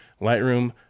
Lightroom